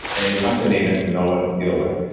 and you have to name it to know what to deal with,